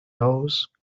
nose